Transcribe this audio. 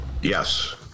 Yes